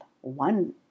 one